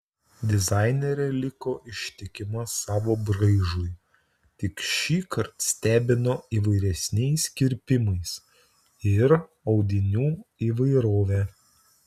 dizainerė liko ištikima savo braižui tik šįkart stebino įvairesniais kirpimais ir audinių įvairove